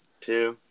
two